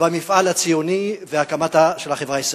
במפעל הציוני והקמתה של החברה הישראלית.